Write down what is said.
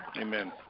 Amen